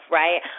right